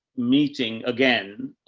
meeting again,